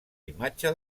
imatge